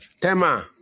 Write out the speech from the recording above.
Tema